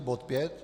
Bod 5.